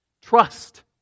Trust